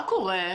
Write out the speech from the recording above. מה קורה,